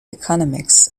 economics